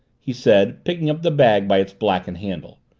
he said, picking up the bag by its blackened handle,